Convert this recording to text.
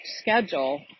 schedule